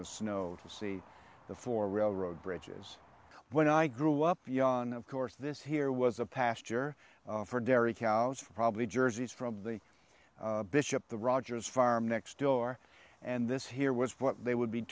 the snow to see the four railroad bridges when i grew up young of course this here was a pasture for dairy cows for probably jerseys from the bishop the rogers farm next door and this here was what they would be